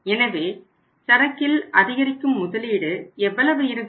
எனவே சரக்கில் அதிகரிக்கும் முதலீடு எவ்வளவு இருக்கும்